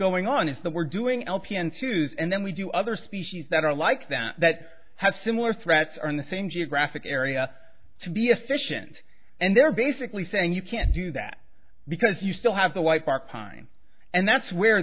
going on is that we're doing lpn twos and then we do other species that are like them that has similar threats are in the same geographic area to be assertions and they're basically saying you can't do that because you still have the white bark pine and that's where